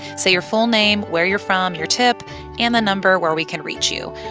say your full name, where you're from, your tip and the number where we can reach you.